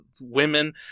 women